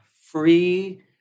free